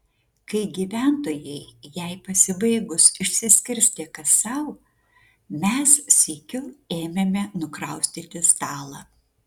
kai gyventojai jai pasibaigus išsiskirstė kas sau mes sykiu ėmėme nukraustyti stalą